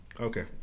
Okay